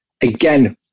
again